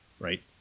right